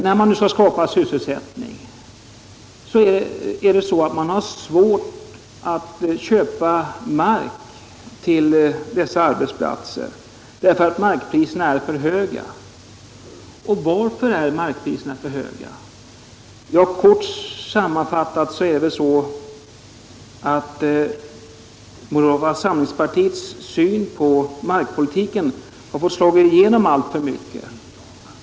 När man skall skapa sysselsättningstillfällen har man svårt att köpa mark till arbetsplatserna, därför att markpriserna är för höga. Och varför är de för höga? Ja, kort sammanfattat har moderata samlingspartiets syn på markpolitiken fått slå igenom alltför mycket.